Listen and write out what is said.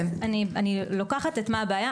אני לוקחת את 'מה הבעיה',